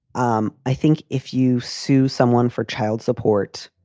um i think if you sue someone for child support,